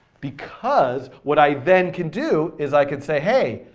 because what i then can do is i could say hey,